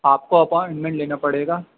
آپ کو اپوائنٹمنٹ لینا پڑے گا